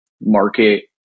market